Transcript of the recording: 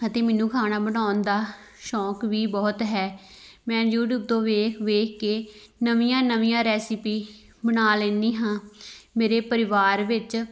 ਅਤੇ ਮੈਨੂੰ ਖਾਣਾ ਬਣਾਉਣ ਦਾ ਸ਼ੌਕ ਵੀ ਬਹੁਤ ਹੈ ਮੈਂ ਯੂਟੀਊਬ ਤੋਂ ਵੇਖ ਵੇਖ ਕੇ ਨਵੀਆਂ ਨਵੀਆਂ ਰੈਸਿਪੀ ਬਣਾ ਲੈਂਦੀ ਹਾਂ ਮੇਰੇ ਪਰਿਵਾਰ ਵਿੱਚ